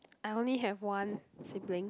I only have one sibling